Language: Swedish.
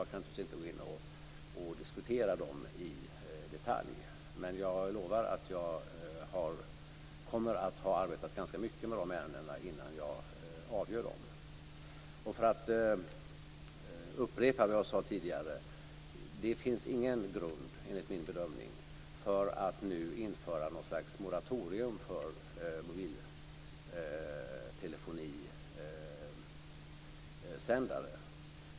Jag kan naturligtvis inte gå in på och diskutera dem i detalj. Men jag lovar att jag kommer att ha arbetat ganska mycket med de ärendena innan jag avgör dem. För att upprepa vad jag sade tidigare finns det enligt min bedömning ingen grund för att nu införa något slags moratorium för mobiltelefonisändare.